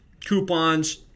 coupons